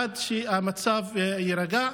עד שהמצב יירגע.